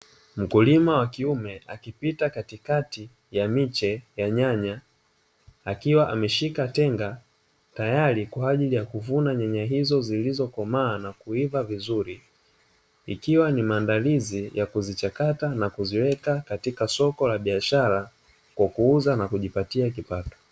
Mkulima wa kiume akipita katikati ya miche ya nyanya akiwa ameshika tenga tayari kwa ajili ya kuvuna nyanya hizo zilizokomaa na kuivaa vizuri, ikiwa ni maandalizi ya kuzichakata na kuziweka katika soko la biashara kwa kuuza na kujipatia kipato.